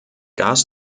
gas